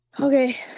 Okay